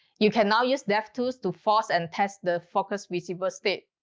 you can now use devtools to force and test the focus visible state.